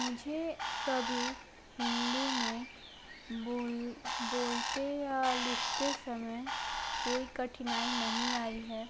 मुझे कभी हिंदी में बोल बोलते या लिखते समय कोई कठिनाई नहीं आई है